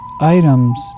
items